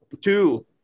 Two